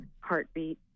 heartbeat